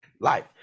Life